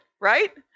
right